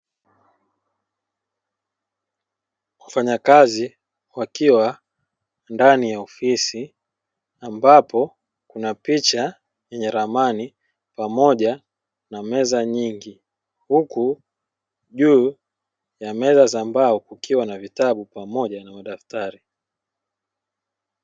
Wafanyakazi wakiwa ndani ya ofisi ambapo kuna picha yenye ramani pamoja na meza nyingi, huku juu ya meza za mbao kukiwa na vitabu pamoja na madaftari.